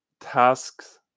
tasks